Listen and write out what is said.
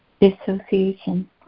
dissociation